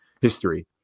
history